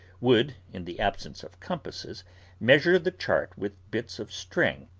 would, in the absence of compasses, measure the chart with bits of string,